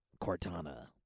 Cortana